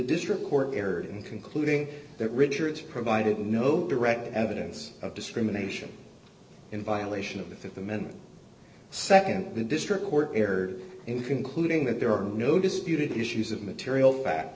district court erred in concluding that richards provided no direct evidence of discrimination in violation of the th amendment nd the district court erred in concluding that there are no disputed issues of material fa